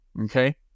okay